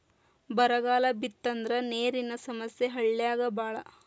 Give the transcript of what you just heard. ಬರಗಾಲ ಬಿತ್ತಂದ್ರ ನೇರಿನ ಸಮಸ್ಯೆ ಹಳ್ಳ್ಯಾಗ ಬಾಳ